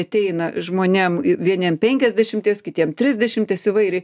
ateina žmonėm vieniem penkiasdešimties kitiems trisdešimties įvairiai